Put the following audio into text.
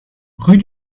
rue